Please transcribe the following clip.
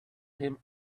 him